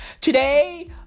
Today